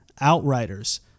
Outriders